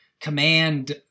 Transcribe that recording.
command